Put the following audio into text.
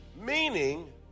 Meaning